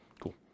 Cool